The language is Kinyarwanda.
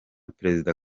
perezida